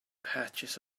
patches